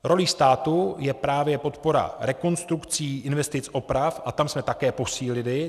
Rolí státu je právě podpora rekonstrukcí, investic oprav a tam jsme také posílili.